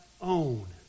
own